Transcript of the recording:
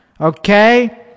okay